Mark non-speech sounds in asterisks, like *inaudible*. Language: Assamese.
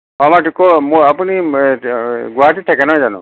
*unintelligible* আপুনি গুৱাহাটীত থাকে নহয় জানোঁ